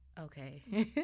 okay